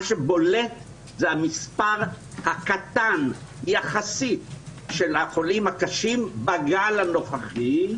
מה שבולט זה המספר הקטן יחסית של החולים קשים בגל הנוכחי.